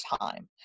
time